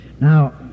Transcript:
Now